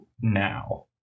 now